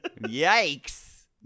Yikes